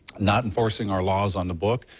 not enforcing our laws on the book,